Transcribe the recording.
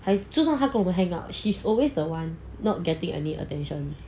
I 就是他跟我们 hang out she's always the one not getting any attention